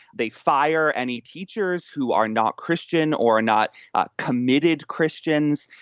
they fire any teachers who are not christian or not ah committed christians.